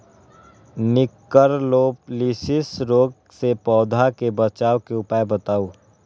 निककरोलीसिस रोग से पौधा के बचाव के उपाय बताऊ?